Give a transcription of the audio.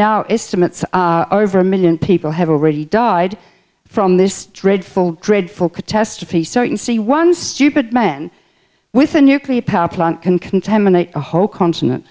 are over a million people have already died from this dreadful dreadful catastrophe certain see one stupid man with a nuclear power plant can contaminate a whole continent